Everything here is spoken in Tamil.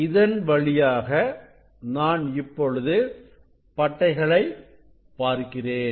இதன் வழியாக நான் இப்பொழுது பட்டைகளை பார்க்கிறேன்